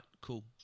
cool